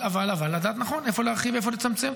אבל לדעת נכון איפה להרחיב ואיפה לצמצם,